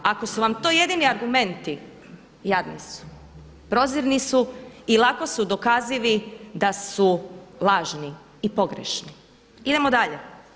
Ako su vam to jedini argumenti jadni su, prozirni su i lako su dokazivi da su lažni i pogrešni. idemo dalje.